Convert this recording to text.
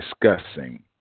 discussing